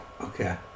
Okay